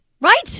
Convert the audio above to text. Right